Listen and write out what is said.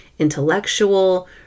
intellectual